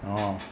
orh